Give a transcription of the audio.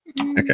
Okay